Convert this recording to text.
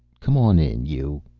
come on in, you.